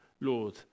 Lord